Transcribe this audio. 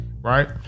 Right